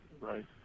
Right